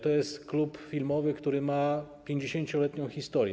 To jest klub filmowy, który ma 50-letnią historię.